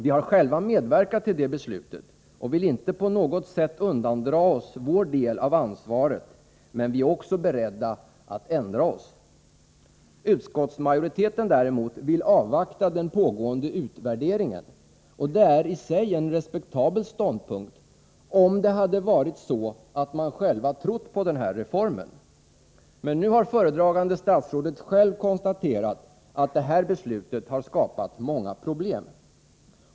Vi har själva medverkat till det beslutet och vill på intet sätt undandra oss vår del av ansvaret, men vi är också beredda att ändra oss. Utskottsmajoriteten däremot vill avvakta den pågående utvärderingen, och det är i sig en respektabel ståndpunkt — om det hade varit så att den själv trott på den här reformen. Men nu har föredragande statsrådet själv konstaterat att det här beslutet har skapat många problem.